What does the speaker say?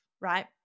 right